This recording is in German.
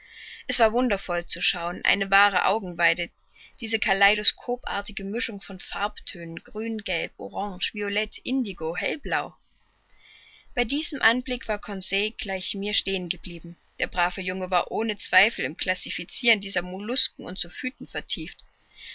es war wundervoll zu schauen eine wahre augenweide diese kaleidoskopartige mischung von farbentönen grüngelb orange violett indigo hellblau bei diesem anblick war conseil gleich mir stehen geblieben der brave junge war ohne zweifel im klassifiziren dieser mollusken und zoophyten vertieft